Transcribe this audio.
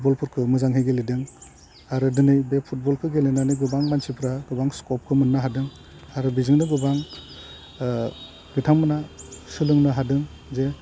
फुटबलफोरखौ मोजाङै गेलेदों आरो दिनै बे फुटबलखौ गेलेनानै गोबां मानसिफ्रा गोबां स्कपखौ मोन्नो हादों आरो बेजोंनो गोबां बिथांमोनहा सोलोंनो हादों जे